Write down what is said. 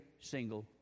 single